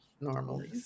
normally